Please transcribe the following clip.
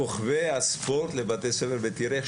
--- כוכבי הספורט לבתי הספר ותראה איך